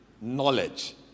knowledge